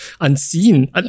unseen